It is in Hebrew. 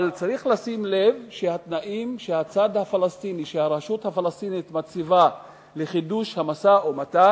אבל צריך לשים לב לכך שהתנאים שהרשות הפלסטינית מציבה לחידוש המשא-ומתן